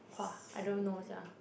!wah! I don't know sia